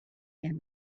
and